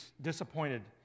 disappointed